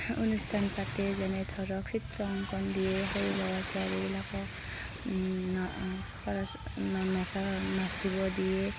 অনুষ্ঠান পাতে যেনে ধৰক চিত্ৰাঙ্কণ দিয়ে সৰু সৰু ল'ৰা ছোৱালীবিলাকক সৰস্বতী নচা নাচিব দিয়ে